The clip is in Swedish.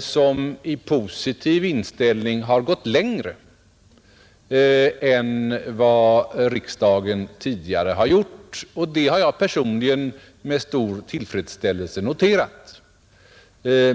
som i positiv inställning har gått längre än riksdagen tidigare gjort, och det har jag personligen med stor tillfredsställelse noterat.